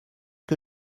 que